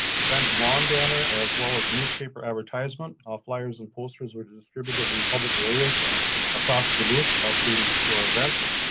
event lawn banner as well as newspaper advertisement. our fliers and posters were distributed in public areas so across duluth ah previous to our events.